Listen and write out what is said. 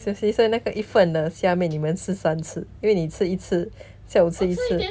尤其是那个一份的下面你们吃三次因为你吃一次下午吃一次